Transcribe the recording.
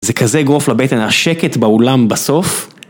זה כזה אגרוף לבטן, השקט באולם בסוף.